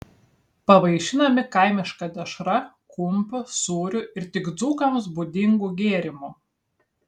pavaišinami kaimiška dešra kumpiu sūriu ir tik dzūkams būdingu gėrimu